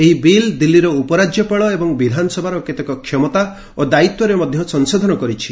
ଏହି ବିଲ୍ ଦିଲ୍ଲୀର ଉପରାଜ୍ୟପାଳ ଏବଂ ବିଧାନସଭାର କେତେକ କ୍ଷମତା ଓ ଦାୟିତ୍ୱରେ ମଧ୍ୟ ସଂଶୋଧନ କରିଛି